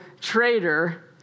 traitor